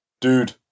Dude